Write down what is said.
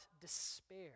despair